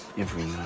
every